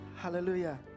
Hallelujah